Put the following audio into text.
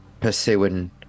pursuing